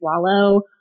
swallow